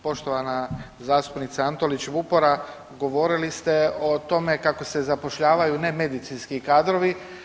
Poštovana zastupnice Antolić Vupora, govorili ste o tome kako se zapošljavaju nemedicinski kadrovi.